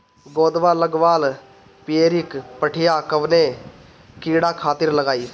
गोदवा लगवाल पियरकि पठिया कवने कीड़ा खातिर लगाई?